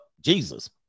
Jesus